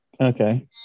Okay